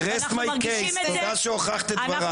I rest my case, תודה שהוכחת את דבריי.